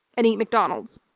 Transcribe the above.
and eat mcdonalds.